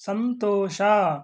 ಸಂತೋಷ